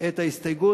את ההסתייגות.